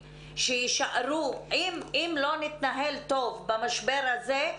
אם לא נתנהל טוב במשבר זה,